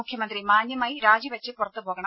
മുഖ്യമന്ത്രി മാന്യമായി രാജിവെച്ച് പുറത്തുപോകണം